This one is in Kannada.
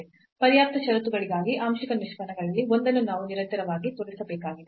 ಪರ್ಯಾಪ್ತ ಷರತ್ತುಗಳಿಗಾಗಿ ಆಂಶಿಕ ನಿಷ್ಪನ್ನಗಳಲ್ಲಿ ಒಂದನ್ನು ನಾವು ನಿರಂತರವಾಗಿ ತೋರಿಸಬೇಕಾಗಿದೆ